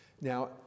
Now